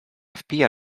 wpija